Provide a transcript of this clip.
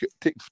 take